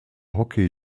hockey